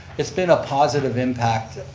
it's been a positive impact